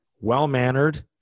well-mannered